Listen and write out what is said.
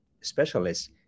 specialists